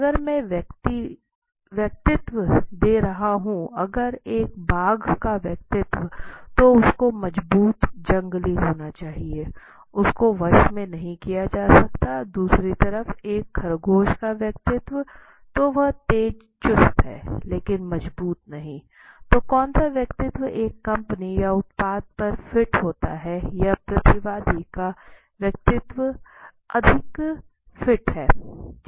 अगर मैं व्यक्तित्व दे रहा हूँ अगर एक बाघ का व्यक्तित्व तो उसको मजबूत जंगली होना चाहिए उसको वश में नहीं किया जा सकता है दूसरी तरफ एक खरगोश का व्यक्तित्व तो यह तेजचुस्त हैं लेकिन मजबूत नहीं तो कौन सा व्यक्तित्व एक कंपनी या उत्पाद पर फिट होता हैं या प्रतिवादी का व्यक्तित्व अधिक फिट हैं